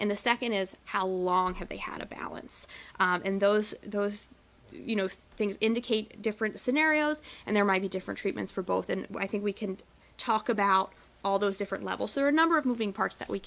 and the second is how long have they had a balance and those those things indicate different scenarios and there might be different treatments for both and i think we can talk about all those different levels or a number of moving parts that we